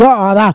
God